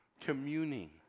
communing